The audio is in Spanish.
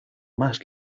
más